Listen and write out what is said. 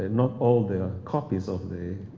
not all the copies of the